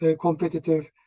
competitive